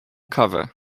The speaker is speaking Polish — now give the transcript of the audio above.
kawę